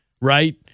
right